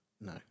No